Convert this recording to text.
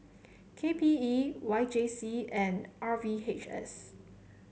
K P E Y J C and R V H S